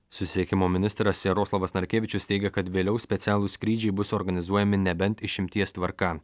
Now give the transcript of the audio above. susisiekimo ministras jaroslavas narkevičius teigia kad vėliau specialūs skrydžiai bus organizuojami nebent išimties tvarka